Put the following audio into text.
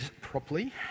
properly